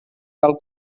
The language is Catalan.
cal